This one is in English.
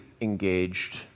engaged